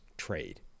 trade